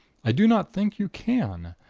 i do not think you can.